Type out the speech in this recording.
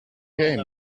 game